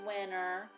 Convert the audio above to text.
winner